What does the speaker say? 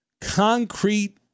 concrete